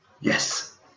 Yes